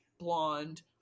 blonde